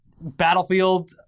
Battlefield